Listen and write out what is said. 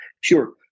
Sure